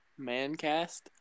Mancast